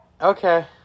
Okay